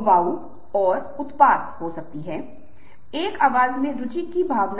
बोतल लाया जाता है तो एक संदर्भ बनाता है और वे विभिन्न तरीकों से बातचीत करते हैं और एक अवधारणा के रूप में एक ही बोतल के विभिन्न आयाम के स्वतंत्र रूप से भी वे बातचीत करने और देने का प्रबंधन करते हैं